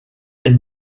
est